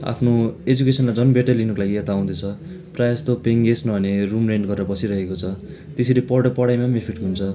आफ्नो एजुकेसनलाई झन् बेट्टर लिनुको लागि यता आउँदैछ प्रायःजस्तो पेङ्गेज नभने रुम रेन्ट गरेर बसिरहेको छ त्यसरी पढ पढाइमा पनि इफेक्ट हुन्छ